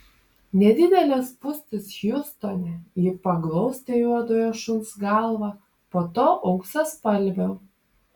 nedidelės spūstys hjustone ji paglostė juodojo šuns galvą po to auksaspalvio